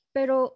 Pero